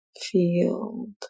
field